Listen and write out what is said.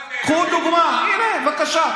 קחו דוגמה, בבקשה.